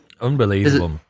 unbelievable